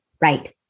right